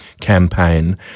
campaign